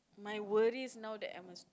my worries now that I'm a